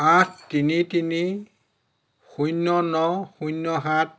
আঠ তিনি তিনি শূন্য ন শূন্য সাত